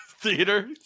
theater